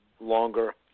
longer